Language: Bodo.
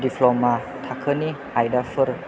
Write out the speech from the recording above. डिप्ल'मा थाखोनि आयदाफोर